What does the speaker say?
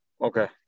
Okay